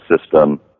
system